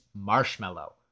marshmallow